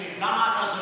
למה אתה זורק מספרים?